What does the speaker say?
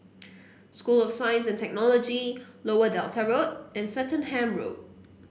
School of Science and Technology Lower Delta Road and Swettenham Road